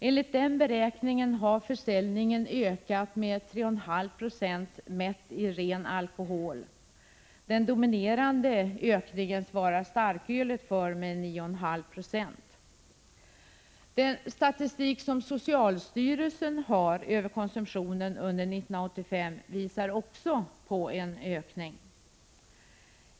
Enligt den beräkningen har försäljningen ökat med 3,5 20 mätt i ren alkohol. Den dominerande ökningen svarar starkölet för, med 9,5 9. Den statistik som socialstyrelsen har över konsumtionen under 1985 visar också på en ökning.